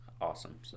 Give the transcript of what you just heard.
awesome